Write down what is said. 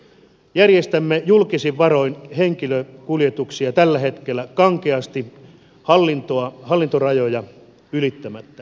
järjestämme julkisin varoin henkilökuljetuksia tällä hetkellä kankeasti hallintorajoja ylittämättä